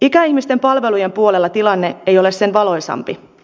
ikäihmisten palvelujen puolella tilanne ei ole sen valoisampi